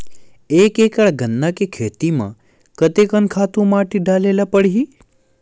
एक एकड़ गन्ना के खेती म कते कन खातु माटी डाले ल पड़ही?